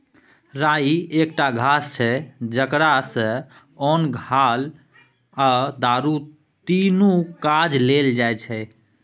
राइ एकटा घास छै जकरा सँ ओन, घाल आ दारु तीनु काज लेल जाइ छै